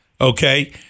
Okay